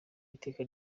iteka